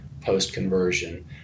post-conversion